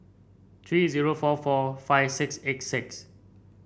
three zero four four five six eight six